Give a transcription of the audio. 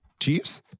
Chiefs